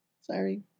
Sorry